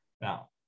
now